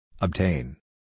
Obtain